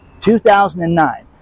2009